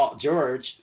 George